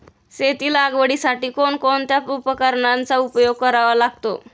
शेती लागवडीसाठी कोणकोणत्या उपकरणांचा उपयोग करावा लागतो?